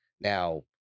Now—